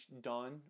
done